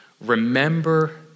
remember